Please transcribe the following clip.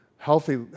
Healthy